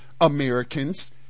Americans